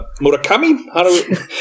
Murakami